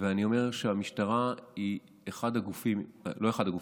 ואני אומר שהמשטרה היא אחד הגופים, לא אחד הגופים.